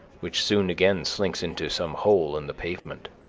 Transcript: which soon again slinks into some hole in the pavement.